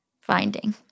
finding